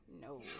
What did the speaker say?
no